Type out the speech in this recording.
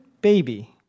Baby